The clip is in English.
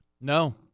No